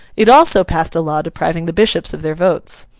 it also passed a law depriving the bishops of their votes.